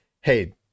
hey